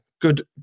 good